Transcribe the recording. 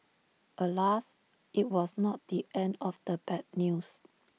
alas IT was not the end of the bad news